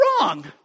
wrong